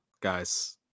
guys